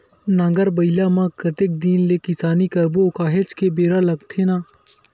नांगर बइला म कतेक दिन ले किसानी करबो काहेच के बेरा लगथे न